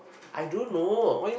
I don't know